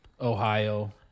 Ohio